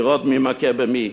לראות מי מכה במי,